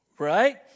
right